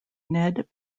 ned